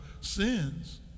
sins